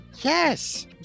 Yes